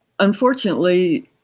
Unfortunately